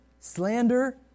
Slander